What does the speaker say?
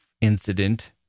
incident